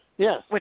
Yes